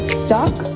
stuck